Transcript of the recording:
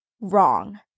Wrong